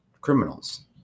criminals